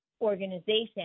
organization